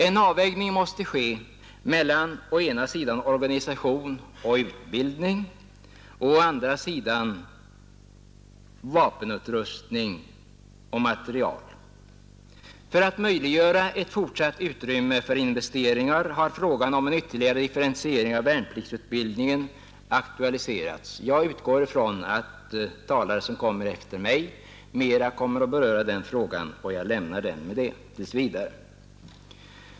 En avvägning måste ske mellan å ena sidan organisation och utbildning och å andra sidan vapenutrustning och material. För att möjliggöra ett fortsatt utrymme för investeringar har frågan om en ytterligare differentiering av värnpliktsutbildningen aktualiserats. Jag utgår från att talare efter mig mera kommer att beröra den frågan, och jag lämnar den med detta tills vidare.